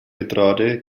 bitrate